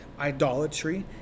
idolatry